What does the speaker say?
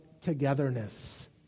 togetherness